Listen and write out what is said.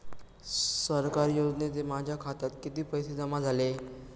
सरकारी योजनेचे माझ्या खात्यात किती पैसे जमा झाले?